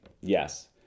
Yes